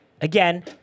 again